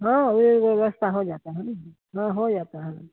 हाँ यह व्यवस्था हो जाती है ना हाँ हो जाती है